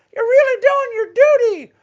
you're really doing your duty.